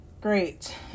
great